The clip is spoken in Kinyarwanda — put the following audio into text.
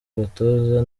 abatoza